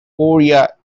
korea